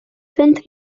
сент